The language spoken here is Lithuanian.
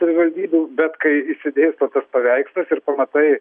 savivaldybių bet kai išsidėsto tas paveikslas ir pamatai